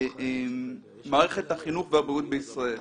מערכת החינוך והבריאות בישראל.